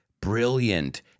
brilliant